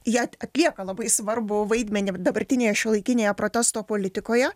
jie atlieka labai svarbų vaidmenį dabartinėje šiuolaikinėje protesto politikoje